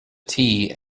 tea